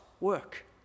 work